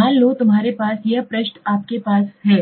मान लो तुम्हारे पास है यह पृष्ठ आपके पास है